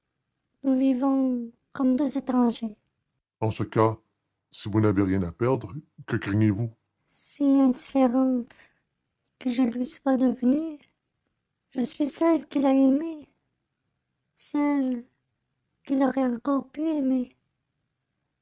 comme deux étrangers en ce cas si vous n'avez rien à perdre que craignez-vous si indifférente que je lui sois devenue je suis celle qu'il a aimée celle qu'il aurait encore pu aimer